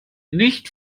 nicht